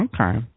Okay